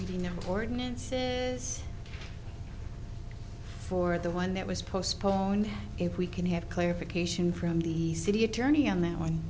reading ordinance for the one that was postponed if we can have clarification from the city attorney on that one